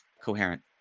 coherent